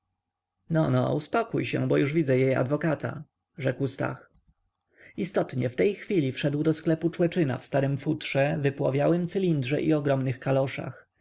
no no uspokój się bo już widzę jej adwokata rzekł stach istotnie w tej chwili wszedł do sklepu człeczyna w starem futrze wypłowiałym cylindrze i ogromnych kaloszach